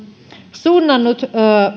suunnannut